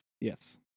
Yes